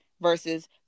versus